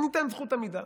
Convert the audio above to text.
אז נותן זכות עמידה,